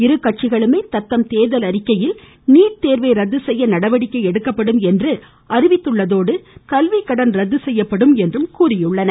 இரு கட்சிகளுமே தத்தம் தேர்தல் அறிக்கையில் நீட் தேர்வை ரத்து செய்ய நடவடிக்கை எடுக்கப்படும் என்று அறிவித்துள்ளதோடு கல்விக்கடன் ரத்து செய்யப்படும் என்றும் கூறியுள்ளன